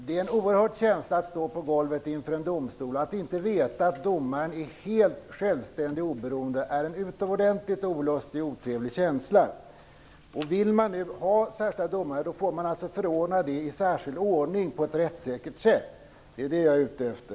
Det är en oerhörd känsla att stå på golvet inför en domstol. Att inte veta att domaren är helt självständig och oberoende är en utomordentligt olustig och otrevlig känsla. Vill man ha särskilda domare får man förordna dem i särskild ordning på ett rättssäkert sätt. Det är det jag är ute efter.